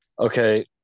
okay